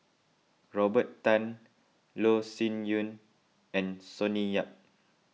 Robert Tan Loh Sin Yun and Sonny Yap